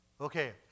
Okay